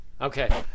Okay